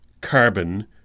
carbon